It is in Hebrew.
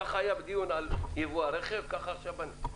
ככה היה בדיון על יבוא הרכבים וככה גם בדיון הזה.